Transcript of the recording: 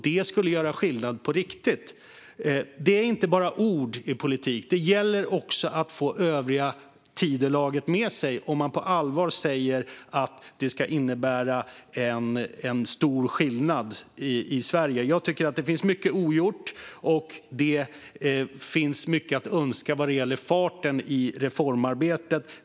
Det skulle göra skillnad på riktigt. Politik är inte bara ord, utan det gäller att få övriga Tidölaget med sig om man på allvar säger att det ska bli en stor skillnad i Sverige. Mycket är ogjort, och det finns mycket att önska vad gäller farten i reformarbetet.